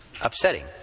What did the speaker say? upsetting